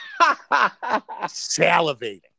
Salivating